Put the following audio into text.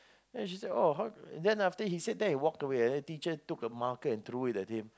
and she said oh how then after that he said that he walked away and the teacher took a marker and threw it at him